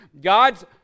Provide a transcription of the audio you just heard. God's